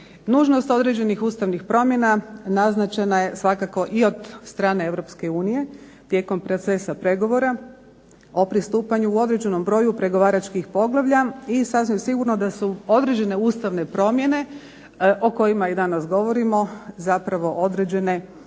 Nužnost određenih ustavnih promjena naznačena je svakako i od strane Europske unije, tijekom procesa pregovora o pristupanju, u određenom broju pregovaračkih poglavlja i sasvim sigurno da su određene ustavne promjene o kojima i danas govorimo zapravo određene